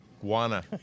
Guana